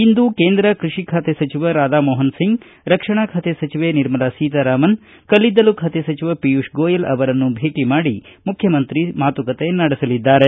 ಇಂದು ಕೇಂದ್ರ ಕೃಷಿ ಖಾತೆ ಸಚಿವ ರಾಧಾಮೋಹನ್ ಸಿಂಗ್ ರಕ್ಷಣಾ ಖಾತೆ ಸಚಿವೆ ನಿರ್ಮಲಾ ಸೀತಾರಾಮನ್ ಕಲ್ಲಿದ್ದಲ್ಲು ಖಾತೆ ಸಚಿವ ಪಿಯೂಷ್ ಗೊಯಲ್ ಅವರನ್ನು ಭೇಟ ಮಾಡಿ ಮುಖ್ಯಮಂತ್ರಿ ಕುಮಾರಸ್ವಾಮಿ ಮಾತುಕತೆ ನಡೆಸಲಿದ್ದಾರೆ